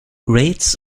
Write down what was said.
rates